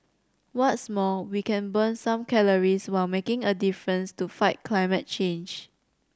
what's more we can burn some calories while making a difference to fight climate change